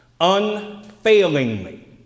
unfailingly